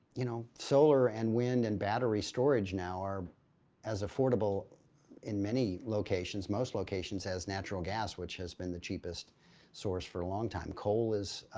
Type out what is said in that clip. you know, solar and wind and battery storage now are as affordable in many locations. most locations has natural gas which has been the cheapest source for a long time. coal is